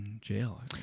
jail